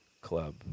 club